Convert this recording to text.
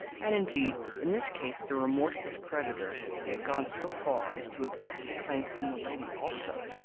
and indeed in this case the remorseless creditor had gone so far as to exact a claim from the lady also,